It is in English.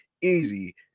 Easy